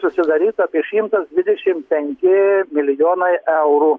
susidarytų apie šimtas dvidešim penki milijonai eurų